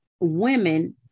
women